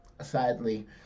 sadly